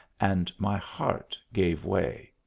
and my heart gave way.